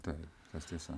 taip tas tiesa